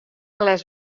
glês